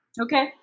Okay